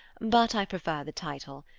but i prefer the title,